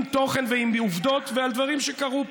עם תוכן ועם עובדות על דברים שקרו פה,